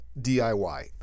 DIY